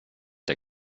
der